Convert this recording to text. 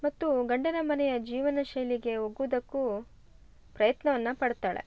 ಮತ್ತು ಗಂಡನ ಮನೆಯ ಜೀವನ ಶೈಲಿಗೆ ಒಗ್ಗುವುದಕ್ಕೂ ಪ್ರಯತ್ನವನ್ನ ಪಡ್ತಾಳೆ